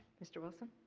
mr. wilson.